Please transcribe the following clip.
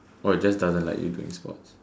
oh just tell them like you're doing sports